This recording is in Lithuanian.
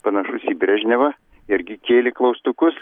panašus į brežnevą irgi kėlė klaustukus